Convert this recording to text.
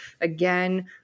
Again